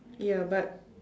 ya but